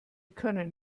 können